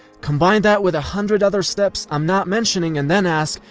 combine that with a hundred other steps i'm not mentioning, and then ask,